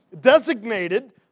designated